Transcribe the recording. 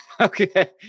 Okay